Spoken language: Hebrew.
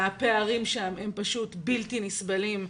הפערים שם פשוט בלתי נסבלים.